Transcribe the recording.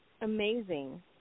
amazing